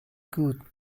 good